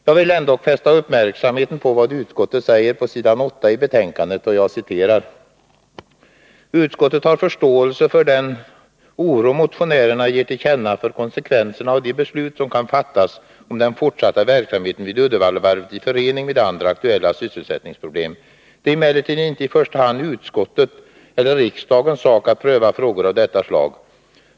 Jag vill dock fästa uppmärksamheten på vad utskottet säger på s. 8 i sitt betänkande 26. Jag citerar: ”Utskottet har förståelse för den oro motionärerna ger till känna för konvekvenserna av de beslut som kan fattas om den fortsatta verksamheten vid Uddevallavarvet i förening med andra aktuella sysselsättningsproblem. Det är emellertid inte i första hand utskottets eller riksdagens sak att pröva frågor av detta slag.